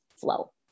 flow